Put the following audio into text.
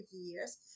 years